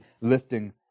lifting